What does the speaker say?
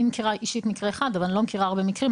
אני לא מכירה הרבה מקרים,